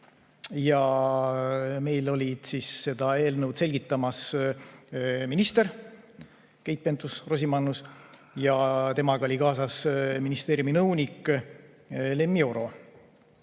Meile olid seda eelnõu selgitamas minister Keit Pentus-Rosimannus ja temaga oli kaasas ministeeriumi nõunik Lemmi Oro.